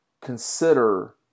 consider